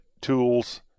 tools